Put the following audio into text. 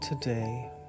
today